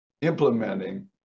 implementing